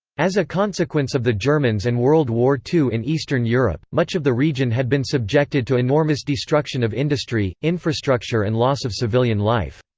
as a consequence of the germans and world war ii in eastern europe, much of the region had been subjected to enormous destruction of industry, infrastructure and loss of civilian life.